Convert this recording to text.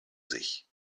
sich